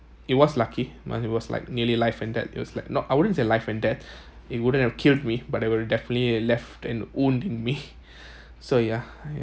it was lucky it must was like nearly life and death it was like not I wouldn't say life and death it wouldn't have killed me but it will definitely left an wound in me so yeah